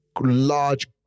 large